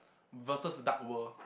versus dark world